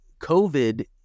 COVID